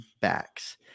backs